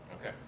Okay